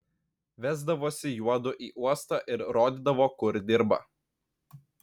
vesdavosi juodu į uostą ir rodydavo kur dirba